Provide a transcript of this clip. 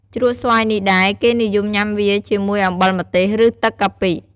ជ្រក់ស្វាយនេះដែរ គេនិយមញុាំវាជាមួយអំបិលម្ទេស ឬ ទឹកកាពិ។